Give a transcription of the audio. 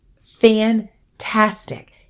fantastic